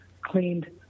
cleaned